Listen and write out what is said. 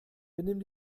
benimm